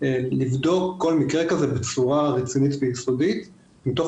לבדוק כל מקרה כזה בצורה רצינית ויסודית מתוך